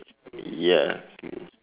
ya